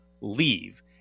leave